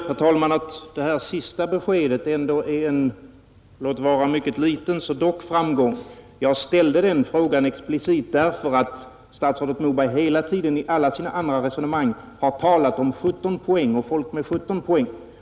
Herr talman! Jag tycker att det senaste beskedet ändå är en framgång — låt vara mycket liten. Jag ställde frågan explicit därför att statsrådet Moberg hela tiden, i alla sina andra resonemang, har talat om 17 poäng och studenter med 17 poäng.